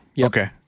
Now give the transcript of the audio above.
Okay